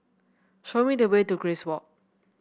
show me the way to Grace Walk